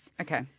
Okay